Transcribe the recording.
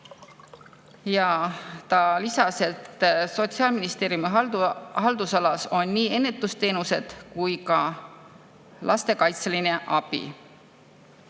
Ta lisas, et Sotsiaalministeeriumi haldusalas on nii ennetusteenused kui ka lastekaitseline abi.